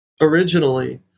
originally